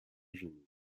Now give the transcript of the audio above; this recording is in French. genoux